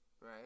right